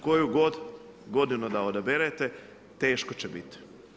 Koju god godinu da odaberete, teško će biti.